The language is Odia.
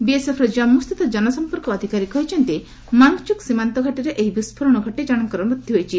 ବିଏସ୍ଏଫ୍ ର ଜାମ୍ମୁ ସ୍ଥିତ କନସଂପର୍କ ଅଧିକାରୀ କହିଛନ୍ତି ମାଙ୍ଗ୍ଚୁକ୍ ସୀମାନ୍ତ ଘାଟିରେ ଏହି ବିସ୍ଫୋରଣ ଘଟି ଜଣଙ୍କର ମୃତ୍ୟୁ ହୋଇଛି